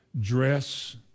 dress